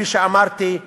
כפי שאמרתי,